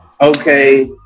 okay